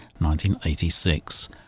1986